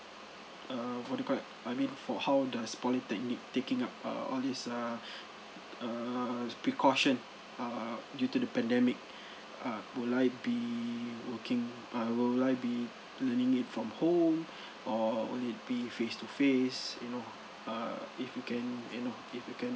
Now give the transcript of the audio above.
err for record I mean for how does polytechnic taking up err all these uh err precaution err due to the pandemic uh will I be working uh will I be learning it from home or will it be face to face you know err if you can you know if you can